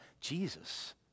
Jesus